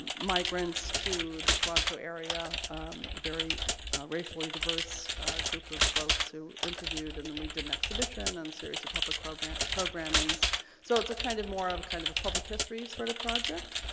migrants to the toronto area very racially diverse group of folks who interviewed and then we did an exhibition and series public program programming's so it's a kind of more of a kind of a public history sort of project